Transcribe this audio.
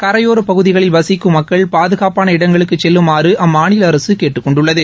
கரையோரப் பகுதிகளில் வசிக்கும் மக்கள் பாதுகாப்பான இடங்களுக்குச் செல்லுமாறு அம்மாநில அரசு கேட்டுக் கொண்டுள்ளது